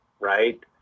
right